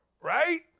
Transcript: right